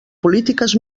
polítiques